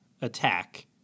attack